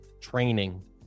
training